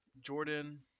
Jordan